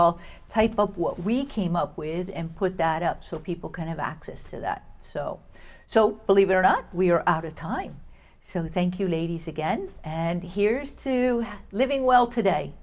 what we came up with and put that up so people can have access to that so so believe it or not we're out of time so thank you ladies again and here's to living well today